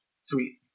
Sweet